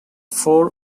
four